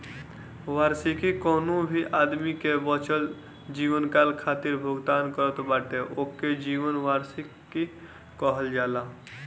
वार्षिकी कवनो भी आदमी के बचल जीवनकाल खातिर भुगतान करत बाटे ओके जीवन वार्षिकी कहल जाला